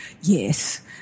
yes